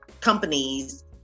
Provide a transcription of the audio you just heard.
companies